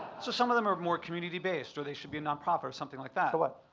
so some of them are more community based or they should be a nonprofit or something like that. so what?